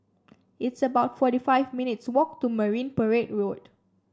it's about forty five minutes' walk to Marine Parade Road